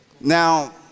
Now